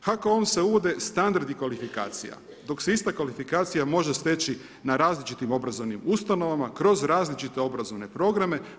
HKO-om se uvode standardi kvalifikacija, dok se ista kvalifikacija može steći na različitim obrazovnim ustanovama kroz različite obrazovne programe.